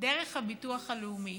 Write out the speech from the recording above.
דרך הביטוח הלאומי